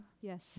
Yes